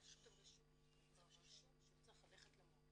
רשום שהוא צריך ללכת למועצה?